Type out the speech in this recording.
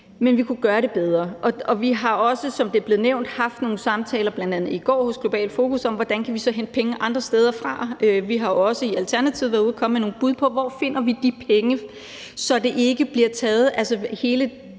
men vi kunne gøre det bedre. Og vi har også, som det blev nævnt, haft nogle samtaler, bl.a. i går hos Globalt Fokus, om, hvordan vi kan hente pengene andre steder fra. Vi har også i Alternativt været ude og komme med nogle bud på, hvor vi finder de penge, så det hele den grønne